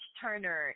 turner